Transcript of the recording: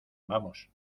vamos